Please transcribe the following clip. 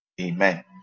amen